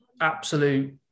absolute